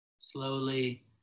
Slowly